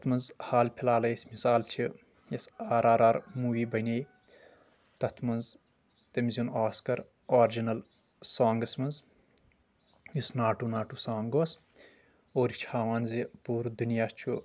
یتھ منٛز حال فلحالٕے اسہِ مِثال چھِ یُس آر آر آر موٗوی بنے تتھ منٛز تیٚمۍ زیوٗن آسکر آرجنل سونگس منٛز یُس ناٹو ناٹو سونگ اوس اور یہِ چھِ ہاوان زِ پوٗرٕ دُنیا چھُ